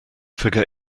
forget